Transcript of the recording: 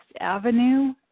avenue